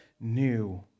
new